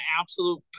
absolute